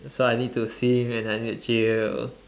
so I need to swim and I need to chill